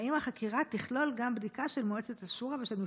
האם החקירה תכלול גם בדיקה של מועצת השורא ושל מפלגות,